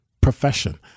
profession